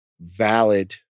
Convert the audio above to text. valid